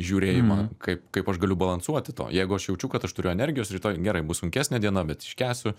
žiūrėjimą kaip kaip aš galiu balansuoti tuo jeigu aš jaučiu kad aš turiu energijos rytoj gerai bus sunkesnė diena bet iškęsiu